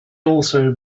also